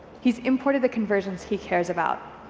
he's imported the conversions he cares about,